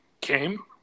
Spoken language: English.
came